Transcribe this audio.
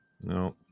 No